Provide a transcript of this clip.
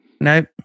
Nope